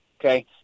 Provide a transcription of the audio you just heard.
Okay